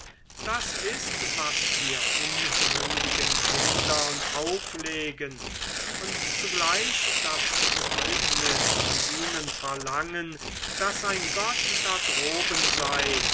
das ist was wir unmündigen kindern auflegen und zugleich das zeugnis von ihnen verlangen daß ein gott da droben sei